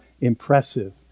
impressive